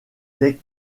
des